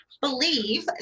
believe